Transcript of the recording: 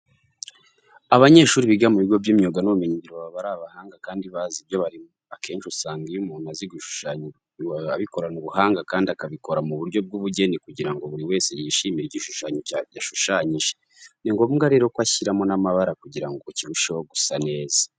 Abanyeshuri biga mu bigo by'imyuga n'ubumenyingiro baba ari abahanga kandi bazi ibyo barimo. Akenshi usanga iyo umuntu azi gushushanya abikorana ubuhanga kandi akabikora mu buryo bw'ubugeni kugira ngo buri wese yishimire igishushanyo yashushanyije. Ni ngombwa rero ko ashyiramo n'amabara kugira ngo kirusheho gusa neza.